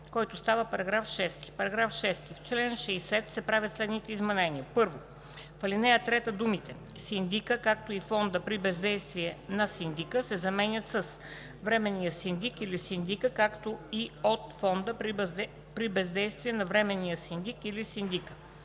който става § 6: „§ 6. В чл. 60 се правят следните изменения: 1. В ал. 3 думите „синдика, както и от фонда при бездействие на синдика“ се заменят с „временния синдик или синдика, както и от фонда при бездействие на временния синдик или синдика“.